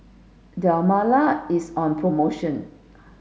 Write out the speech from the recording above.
Dermale is on promotion